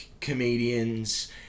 comedians